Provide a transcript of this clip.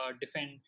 defend